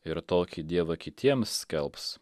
ir tokį dievą kitiems skelbs